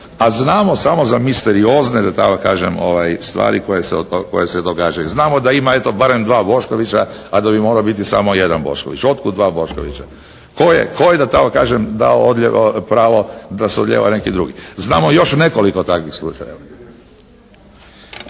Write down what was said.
a znamo samo za misteriozne da tako kažem stvari koje se događaju. Znamo da ima eto barem dva Boškovića a da bi morao biti samo jedan Bošković. Od kud dva Boškovića? Tko je da tako kažem dao pravo da se odlijeva neki drugi? Znamo još nekoliko takvih slučajeva.